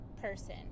person